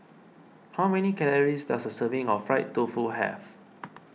how many calories does a serving of Fried Tofu have